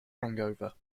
hangover